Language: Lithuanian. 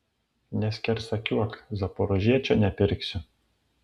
neskersakiuok zaporožiečio nepirksiu